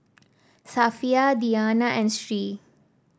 Safiya Diyana and Sri